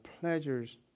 pleasures